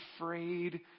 afraid